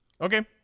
Okay